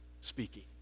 speaking